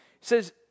says